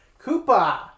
Koopa